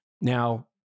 Now